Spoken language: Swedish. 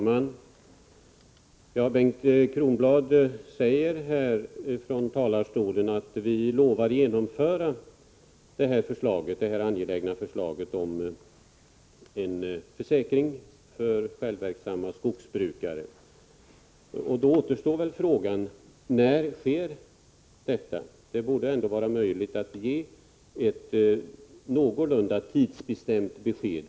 Herr talman! Vi lovar att genomföra det här angelägna förslaget om en försäkring för självverksamma skogsbrukare, säger Bengt Kronblad. Då återstår frågan: När sker detta? Det borde vara möjligt att ge ett någorlunda tidsbestämt besked.